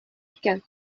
икән